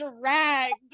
dragged